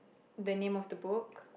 the name of the book